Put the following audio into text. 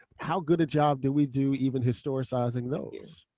how good a job do we do even historicizing those?